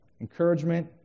encouragement